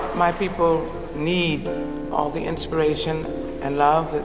my people need all the inspiration and love that